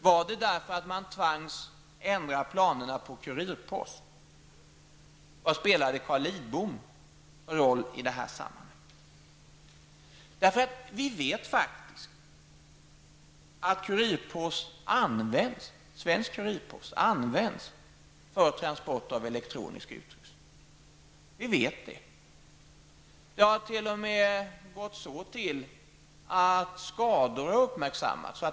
Var det därför att man tvangs ändra planerna på kurirpost? Vad spelade Carl Lidbom för roll i det här sammanhanget? Att svensk kurirpost används för transport av elektronisk utrustning, vet vi. Det har t.o.m. gått så till att skador har uppmärksammats.